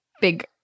big